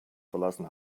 verlassen